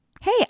Hey